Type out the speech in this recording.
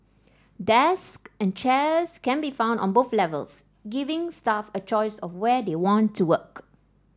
desks and chairs can be found on both levels giving staff a choice of where they want to work